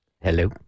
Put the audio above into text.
Hello